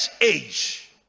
age